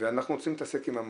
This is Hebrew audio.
ואנחנו רוצים להתעסק עם המהות.